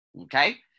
Okay